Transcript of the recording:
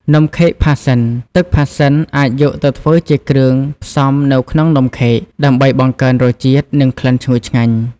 នំខេកផាសសិន ទឹកផាសសិនអាចយកទៅធ្វើជាគ្រឿងផ្សំនៅក្នុងនំខេក ដើម្បីបង្កើនរសជាតិ និងក្លិនឈ្ងុយឆ្ងាញ់។